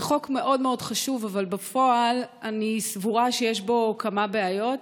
זה חוק מאוד מאוד חשוב אבל בפועל אני סבורה שיש בו כמה בעיות.